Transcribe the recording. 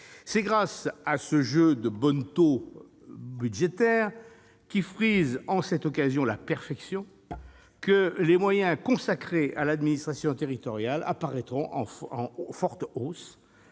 Grâce à ce jeu de bonneteau budgétaire, qui frise, en cette occasion, la perfection, les moyens consacrés à l'administration territoriale apparaîtront en forte hausse